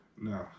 No